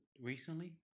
recently